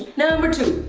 number two,